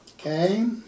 Okay